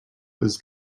was